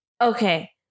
okay